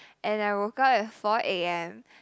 and I woke up at four a_m